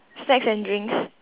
snacks and drinks